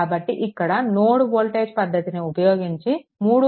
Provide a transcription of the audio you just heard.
కాబట్టి ఇక్కడ node voltage పద్ధతిని ఉపయోగించి 3